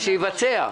אבל שיבצע.